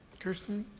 kirsten?